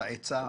על ההצעה,